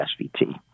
SVT